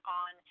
on